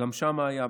גם שמה היה.